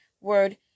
word